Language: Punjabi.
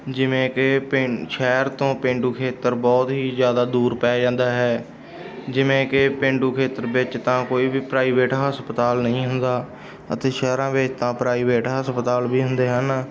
ਜਿਵੇਂ ਕਿ ਪੇਂ ਸ਼ਹਿਰ ਤੋਂ ਪੇਂਡੂ ਖੇਤਰ ਬਹੁਤ ਹੀ ਜ਼ਿਆਦਾ ਦੂਰ ਪੈ ਜਾਂਦਾ ਹੈ ਜਿਵੇਂ ਕਿ ਪੇਂਡੂ ਖੇਤਰ ਵਿੱਚ ਤਾਂ ਕੋਈ ਵੀ ਪ੍ਰਾਈਵੇਟ ਹਸਪਤਾਲ ਨਹੀਂ ਹੁੰਦਾ ਅਤੇ ਸ਼ਹਿਰਾਂ ਵਿੱਚ ਤਾਂ ਪ੍ਰਾਈਵੇਟ ਹਸਪਤਾਲ ਵੀ ਹੁੰਦੇ ਹਨ